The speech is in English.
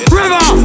river